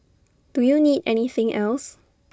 do you need anything else